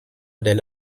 del